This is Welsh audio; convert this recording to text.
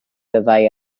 fyddai